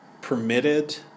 permitted